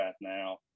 now